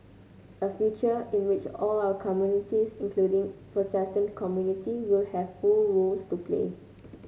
a future in which all our communities including our protestant community will have full roles to play